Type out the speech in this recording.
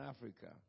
Africa